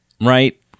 right